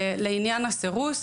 לעניין הסירוס,